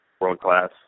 world-class